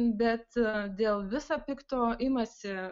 bet dėl visa pikto imasi